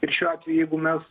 ir šiuo atveju jeigu mes